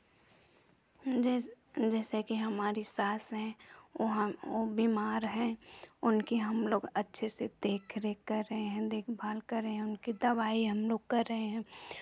जैसे जैसे कि हमारी सास हैं वो हम वो बीमार हैं उनकी हम लोग अच्छे से देख रेख कर रहे हैं देखभाल कर रहे हैं उनकी दवाई हमलोग कर रहे हैं